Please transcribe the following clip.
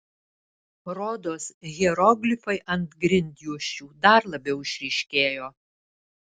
rodos hieroglifai ant grindjuosčių dar labiau išryškėjo